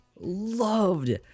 loved